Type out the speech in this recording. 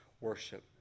worship